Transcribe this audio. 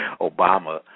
Obama